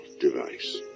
device